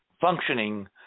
functioning